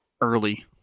early